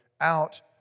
out